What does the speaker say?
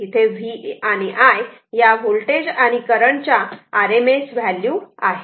इथे V आणि I या वोल्टेज आणि करंट च्या RMS व्हॅल्यू आहेत